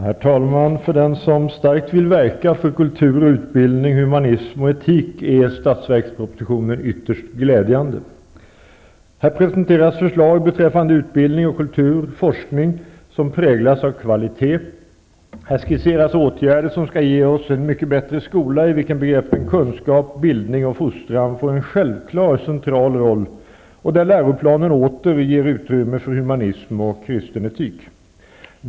Herr talman! För den som starkt vill verka för kultur, utbildning, humanism och etik är statsverkspropositionen ytterst glädjande. Här presenteras förslag beträffande utbildning, kultur och forskning som präglas av kvalitet. Här skisseras åtgärder som skall ge oss en mycket bättre skola i vilken begreppen kunskap, bildning och fostran får en självklar central roll och där läroplanen åter ger utrymme för humanism och kristen etik.